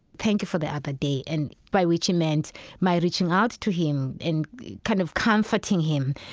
thank you for the other day, and by which he meant my reaching out to him and kind of comforting him.